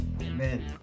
Amen